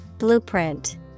Blueprint